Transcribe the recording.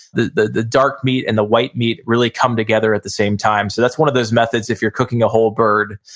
the the dark meat and the white meat really come together at the same time. so that's one of those methods if you're cooking a whole bird.